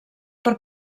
per